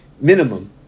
Minimum